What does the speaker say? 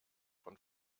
von